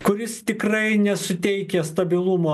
kuris tikrai nesuteikia stabilumo